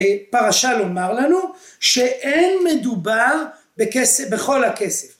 פרשה לומר לנו שאין מדובר בכל הכסף